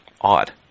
odd